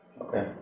Okay